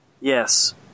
Yes